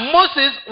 Moses